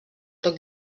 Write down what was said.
toc